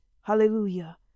Hallelujah